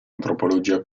antropologia